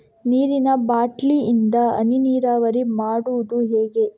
ನೀರಿನಾ ಬಾಟ್ಲಿ ಇಂದ ಹನಿ ನೀರಾವರಿ ಮಾಡುದು ಹೇಗೆ?